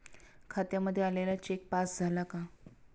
खात्यामध्ये आलेला check pass झाला का?